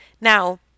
Now